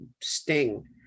sting